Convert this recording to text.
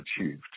achieved